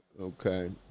Okay